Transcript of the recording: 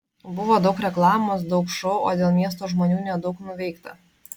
buvo daug reklamos daug šou o dėl miesto žmonių nedaug nuveikta